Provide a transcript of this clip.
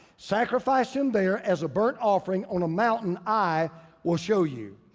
sacrifice him there as a burnt offering on a mountain i will show you.